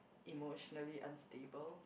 emotionally unstable